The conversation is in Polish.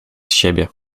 siebie